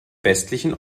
westlichen